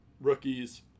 rookies